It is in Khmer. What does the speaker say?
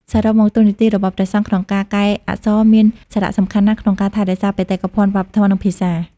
សរុបមក តួនាទីរបស់ព្រះសង្ឃក្នុងការកែអក្សរមានសារៈសំខាន់ណាស់ក្នុងការ ថែរក្សាបេតិកភណ្ឌវប្បធម៌ និងភាសា។